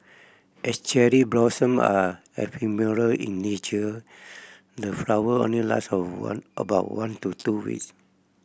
as cherry blossom are ephemeral in nature the flower only last a one about one to two weeks